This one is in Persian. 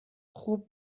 خوب